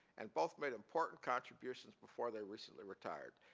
and both made important contributions before they recently retired.